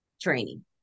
training